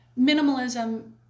minimalism